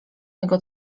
jego